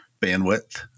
bandwidth